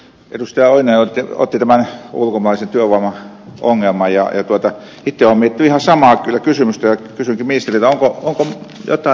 pentti oinonen otti ulkomaisen työvoiman ongelman esille ja itse olen kyllä miettinyt ihan samaa kysymystä ja kysynkin ministeriltä onko jotain tehtävissä